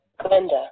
Glenda